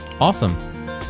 Awesome